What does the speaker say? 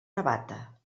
navata